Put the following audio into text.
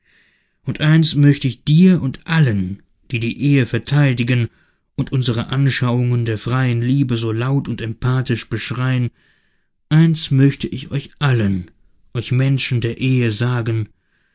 und eins möchte ich dir und allen die die ehe verteidigen und unsere anschauungen der freien liebe so laut und emphatisch beschreien eins möchte ich euch allen euch menschen der ehe sagen